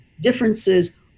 differences